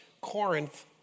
Corinth